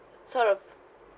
sort of